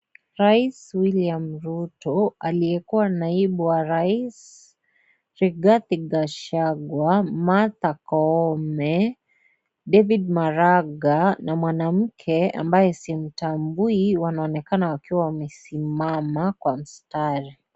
Rais William Ruto, aliyekua naibu wa rais Rigathi Gachagua, Martha Koome, David Maraga, na mwanamke ambaye simtambui wanaonekana wakiwa wamesimama kwa mstari.